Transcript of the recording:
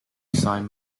sign